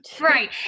Right